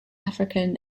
african